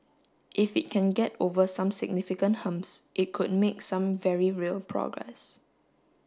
if it can get over some significant humps it could make some very real progress